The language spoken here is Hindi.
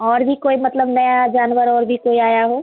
और भी कोई मतलब नया जानवर और भी कोई आया हो